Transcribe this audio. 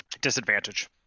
disadvantage